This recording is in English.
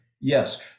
Yes